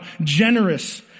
generous